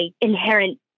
inherent